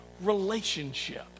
relationship